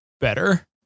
better